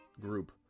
group